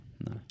no